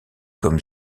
comme